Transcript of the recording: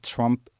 Trump